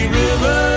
river